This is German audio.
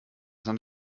haben